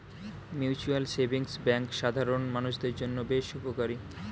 mutual savings bank সাধারণ মানুষদের জন্য বেশ উপকারী